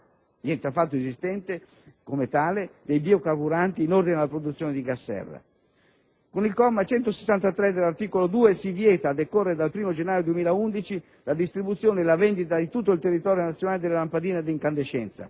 niente affatto esistente come tale - dei biocarburanti in ordine alla produzione di gas serra. Con il comma 163 dell'articolo 2 si vieta, a decorrere dal 1° gennaio 2011, la distribuzione e la vendita in tutto il territorio nazionale delle lampadine ad incandescenza.